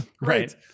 Right